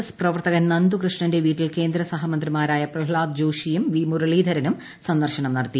S പ്രവർത്തകൻ നന്ദു കൃഷ്ണന്റെ വീട്ടിൽ കേന്ദ്ര സഹമന്ത്രിമാരായ പ്രഹ്ളാദ് ജോഷിയും വി മുരളീധരനും സന്ദർശനം നടത്തി